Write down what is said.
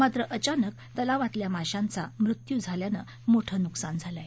मात्र अचानक तलावातल्या माशांचा मृत्यू झाल्याने मोठे नुकसान झालं आहे